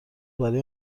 برای